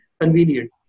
convenient